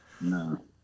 No